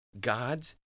God's